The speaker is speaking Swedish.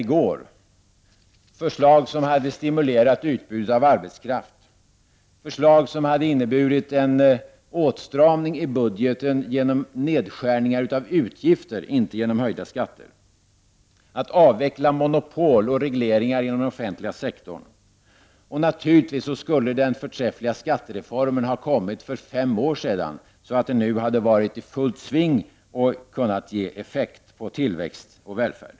Det var att lägga förslag som hade stimulerat utbudet av arbetskraft, förslag som hade inneburit en åtstramning i budgeten genom nedskärning av utgifter — inte genom höjda skatter — att avveckla monopol och regleringar i den offentliga sektorn och naturligtvis skulle den förträffliga skattereformen ha kommit för fem år sedan, så att den nu hade varit i fullt sving och kunnat ge effekt på tillväxt och välfärd.